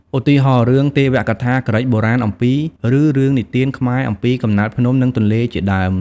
ឧទាហរណ៍ រឿងទេវកថាក្រិកបុរាណអំពី ឬរឿងនិទានខ្មែរអំពីកំណើតភ្នំ និងទន្លេជាដើម ។